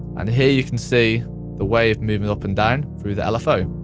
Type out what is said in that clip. and here you can see the wave moving up and down through the lfo.